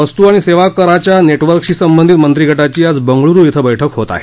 वस्त् आणि सेवा कराच्या नेटवर्कशी संबंधित मंत्रीगटाची आज बंगळुरू श्वें बैठक होत आहे